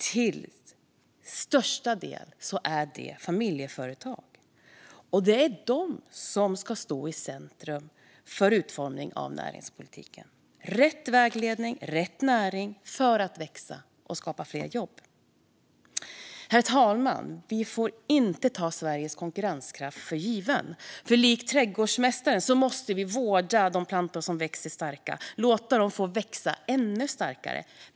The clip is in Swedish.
Till största del är det familjeföretag, och det är de som ska stå i centrum för utformningen av näringspolitiken - rätt vägledning och rätt näring för att växa och skapa fler jobb. Herr talman! Vi får inte ta Sveriges konkurrenskraft för given. Likt trädgårdsmästaren måste vi vårda de plantor som växt sig starka och låta dem få växa sig ännu starkare.